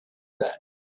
said